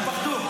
ארבע.